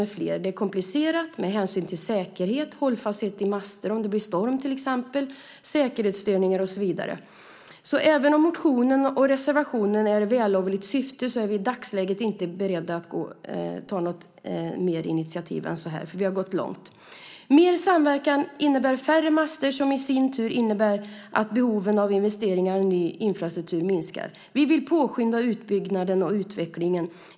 Det är komplicerat med hänsyn till säkerhet, hållfasthet i master, om det blir storm till exempel, säkerhetsstörningar och så vidare. Även om motionen och reservationen har ett vällovligt syfte är vi i dagsläget inte beredda att ta något mer initiativ, för vi har gått långt. Mer samverkan innebär färre master som i sin tur innebär att behoven av investeringar i ny infrastruktur minskar. Vi vill påskynda utbyggnaden och utvecklingen.